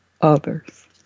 others